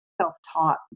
self-taught